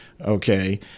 Okay